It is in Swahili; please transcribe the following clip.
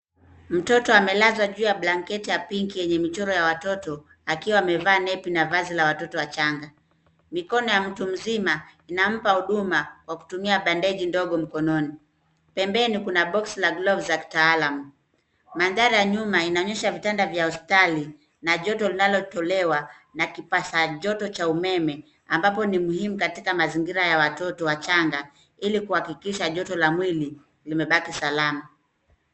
Mtoto amelazwa juu ya blanketi ya pinki yenye michoro ya watoto, akiwa amevaa napi na vazi ya watoto wachanga. Mikono ya mtu mzima inampa huduma kwa kutumia bandeji ndogo mkononi. Pembeni kuna boksi la glovu za kitaalamu. Mandhari ya nyuma inaonyesha vitanda vya hospitali na joto linalotolewa na kipasa joto cha umeme ambapo ni muhimu katika mazingira ya watoto wachanga ili kuhakikisha joto la mwili limebaki salama.